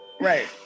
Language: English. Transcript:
Right